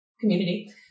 community